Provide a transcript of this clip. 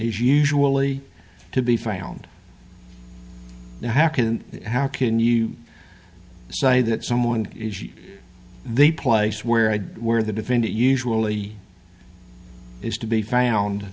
is usually to be found now how can how can you say that someone is the place where i'd where the defendant usually is to be found